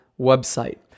website